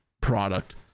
product